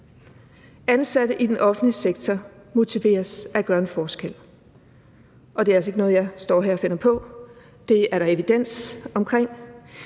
Ansatte i den offentlige sektor motiveres af at gøre en forskel. Og det er altså ikke noget, jeg står her og finder på. Det er der evidens omkring: